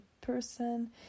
person